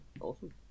Awesome